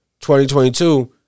2022